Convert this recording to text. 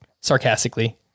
sarcastically